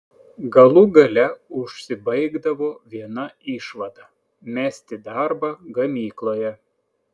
galų gale užsibaigdavo viena išvada mesti darbą gamykloje